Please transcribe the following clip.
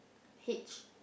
hitch